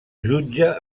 jutge